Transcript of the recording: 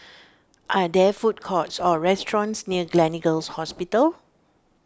are there food courts or restaurants near Gleneagles Hospital